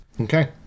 Okay